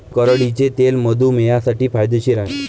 करडईचे तेल मधुमेहींसाठी फायदेशीर आहे